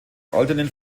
goldenen